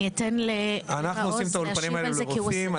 אנחנו עושים את האולפנים האלה לרופאים,